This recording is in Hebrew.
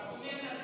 אדוני היושב-ראש,